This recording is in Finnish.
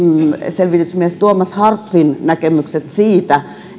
selvitysmies tuomas harpfin näkemykset siitä